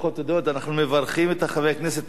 אנחנו מברכים את חבר הכנסת הרצוג